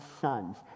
sons